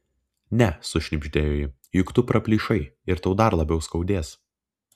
ne sušnibždėjo ji juk tu praplyšai ir tau dar labiau skaudės